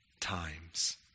times